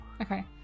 Okay